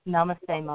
Namaste